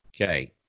Okay